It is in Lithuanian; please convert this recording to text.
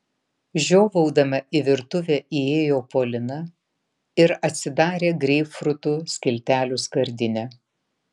žiovaudama į virtuvę įėjo polina ir atsidarė greipfrutų skiltelių skardinę